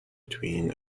between